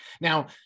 Now